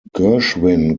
gershwin